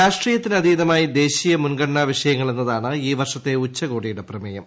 രാഷ്ട്രീയത്തിനതീതമായി ദേശീയ മുൻഗണനാ വിഷയങ്ങൾ എന്നതാണ് ഈ വർഷത്തെ ഉച്ചുകോടിയുടെ പ്രമേയം